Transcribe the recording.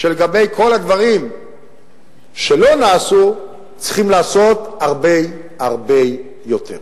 שלגבי כל הדברים שלא נעשו צריכים לעשות הרבה הרבה יותר.